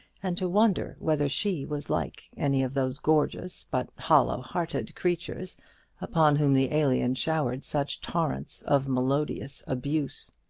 and to wonder whether she was like any of those gorgeous but hollow-hearted creatures upon whom the alien showered such torrents of melodious abuse.